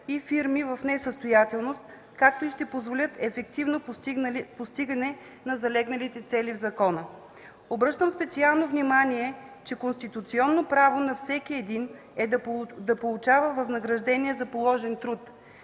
и фирми в несъстоятелност, както и ще позволят ефективно постигане на залегналите цели в закона. Обръщам специално внимание, че конституционно право на всеки един е да получава възнаграждение за положен труд.